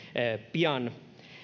pian